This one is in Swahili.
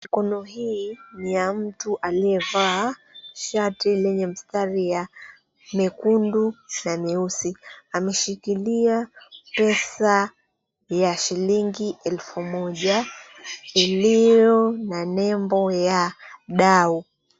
Mkono hii, ni ya mtu aliyevaa shati lenye mstari ya mekundu na nyeusi. Ameshikilia pesa za shilingi elfu moja iliyo na nembo ya dau.